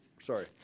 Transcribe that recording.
Sorry